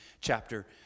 chapter